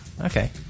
okay